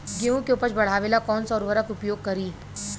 गेहूँ के उपज बढ़ावेला कौन सा उर्वरक उपयोग करीं?